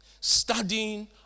Studying